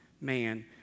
man